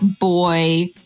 boy